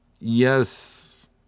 Yes